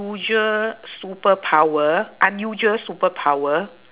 usual superpower unusual superpower